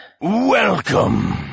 Welcome